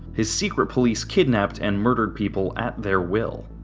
his secret police kidnapped and murdered people at their will.